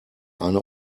eine